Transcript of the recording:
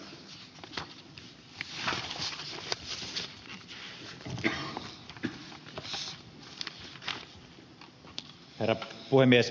herra puhemies